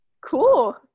Cool